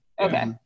Okay